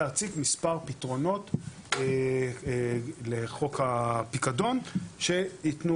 להציג מספר פתרונות לחוק הפיקדון שיתנו